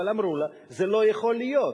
אבל אמרו לה: זה לא יכול להיות,